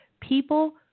people